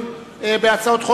הכנסת,